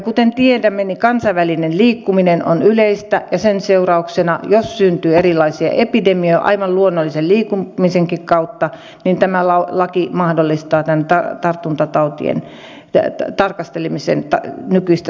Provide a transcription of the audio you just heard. kuten tiedämme kansainvälinen liikkuminen on yleistä ja jos sen seurauksena syntyy erilaisia epidemioita aivan luonnollisen liikkumisenkin kautta niin tämä laki mahdollistaa tämän tartuntatautien tarkastelemisen nykyistä selkeämmin